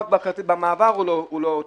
רק במעבר הוא לא תיקף,